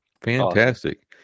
Fantastic